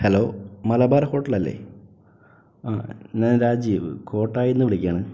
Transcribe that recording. hello Malabar ഹോട്ടലല്ലേ ആ ഞാൻ രാജീവ് കോട്ടായീന്നു വിളിക്കുകയാണ്